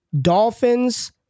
dolphins